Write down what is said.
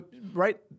Right